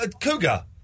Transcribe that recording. Cougar